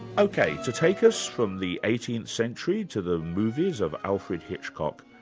ok, to take us from the eighteenth century to the movies of alfred hitchcok,